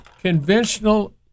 conventional